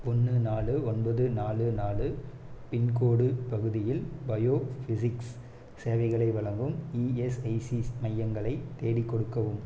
ஒன்று நாலு ஒன்பது நாலு நாலு பின்கோட் பகுதியில் பயோஃபிஸிக்ஸ் சேவைகளை வழங்கும் இஎஸ்ஐசி மையங்களை தேடிக் கொடுக்கவும்